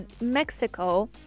Mexico